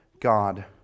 God